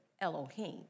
Elohim